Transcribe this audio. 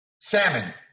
salmon